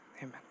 Amen